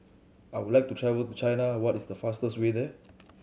I would like to travel to China what is the fastest way there